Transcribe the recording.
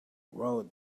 wrote